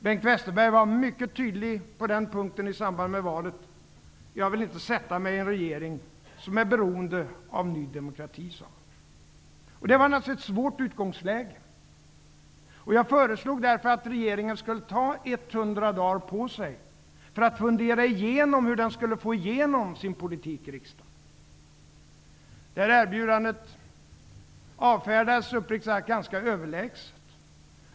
Bengt Westerberg var mycket tydlig på den punkten i samband med valet: Han sade: Jag vill inte sätta mig i en regering som är beroende av Det var naturligtvis ett svårt utgångsläge. Jag föreslog därför att regeringen skulle ta 100 dagar på sig att fundera igenom hur den skulle få igenom sin politik i riksdagen. Detta erbjudande avfärdades uppriktigt sagt ganska överlägset.